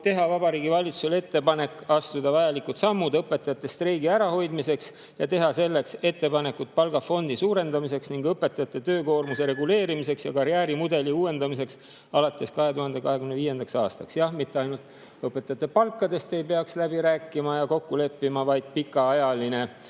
teha Vabariigi Valitsusele ettepanek astuda vajalikud sammud õpetajate streigi ärahoidmiseks ja teha selleks ettepanekud palgafondi suurendamiseks, õpetajate töökoormuse reguleerimiseks ja karjäärimudeli uuendamiseks alates 2025. aastast. Mitte ainult õpetajate palkasid ei peaks läbi rääkima ja kokku leppima, vaid oluline